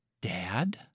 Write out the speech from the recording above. dad